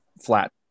flat